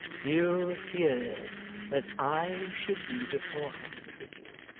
you feared that i should be beforehand with you.